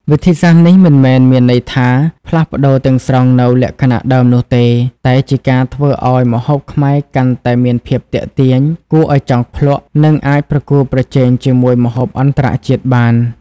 វិធីសាស្ត្រនេះមិនមែនមានន័យថាផ្លាស់ប្តូរទាំងស្រុងនូវលក្ខណៈដើមនោះទេ តែជាការធ្វើឲ្យម្ហូបខ្មែរកាន់តែមានភាពទាក់ទាញ គួរឲ្យចង់ភ្លក់ និងអាចប្រកួតប្រជែងជាមួយម្ហូបអន្តរជាតិបាន។